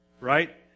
Right